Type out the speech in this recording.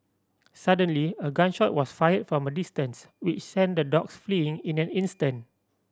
suddenly a gun shot was fired from a distance which sent the dogs fleeing in an instant